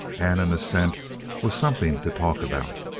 and an ascent was something to talk about.